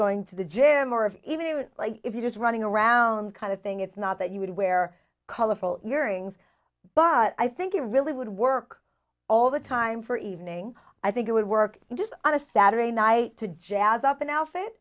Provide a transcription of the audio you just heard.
going to the gym or even if you're just running around kind of thing it's not that you would wear colorful your ings but i think it really would work all the time for evening i think it would work just on a saturday night to jazz up an outfit